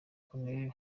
col